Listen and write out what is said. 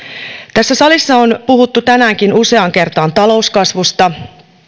tässä salissa on puhuttu tänäänkin useaan kertaan talouskasvusta